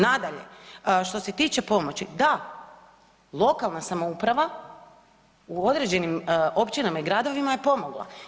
Nadalje, što se tiče pomoći, da, lokalna samouprava u određenim općinama i gradovima je pomogla.